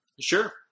Sure